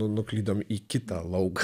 nu nuklydom į kitą lauką